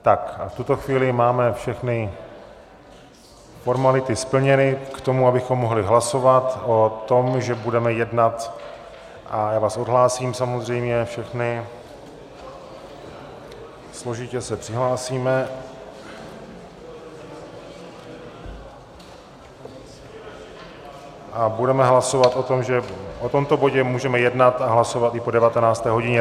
Tak a v tuto chvíli máme všechny formality splněny k tomu, abychom mohli hlasovat o tom, že budeme jednat a já vás samozřejmě všechny odhlásím, složitě se přihlásíme a budeme hlasovat o tom, že o tomto bodě můžeme jednat a hlasovat i po 19. hodině.